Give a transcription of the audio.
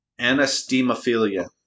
anastemophilia